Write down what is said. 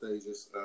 stages